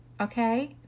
Okay